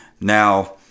Now